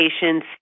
patients